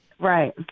Right